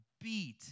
beat